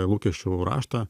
lūkesčių raštą